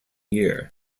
year